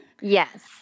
Yes